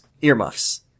Earmuffs